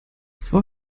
frau